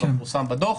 הוא גם פורסם בדוח.